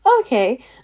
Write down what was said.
Okay